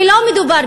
ולא מדובר,